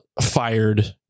fired